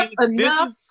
enough